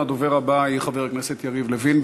הדובר הבא יהיה חבר הכנסת יריב לוין.